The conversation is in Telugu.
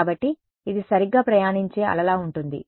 కాబట్టి ఇది సరిగ్గా ప్రయాణించే అలలా ఉంటుంది